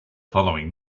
following